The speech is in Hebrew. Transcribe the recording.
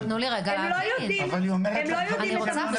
הם לא יודעים -- היא אומרת לך -- אני רוצה להבין,